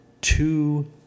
two